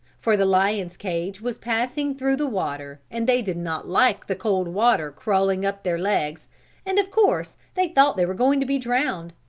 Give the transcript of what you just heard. for the lions' cage was passing through the water and they did not like the cold water crawling up their legs and of course they thought they were going to be drowned